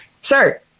Sir